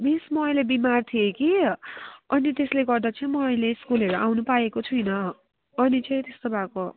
miss म अहिले बिमार थिएँ कि अनि त्यसले गर्दा चाहिँ म अहिले स्कुलहरू आउन पाएको छुइनँ अनि चाहिँ त्यस्तो भएको